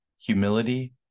humility